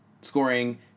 scoring